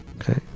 Okay